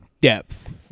Depth